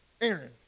Aaron